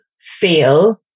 feel